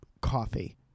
coffee